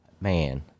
Man